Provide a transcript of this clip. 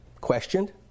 questioned